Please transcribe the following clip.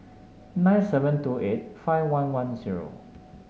nine seven two eight five one one zero